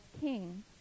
king